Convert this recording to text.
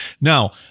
Now